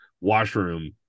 washroom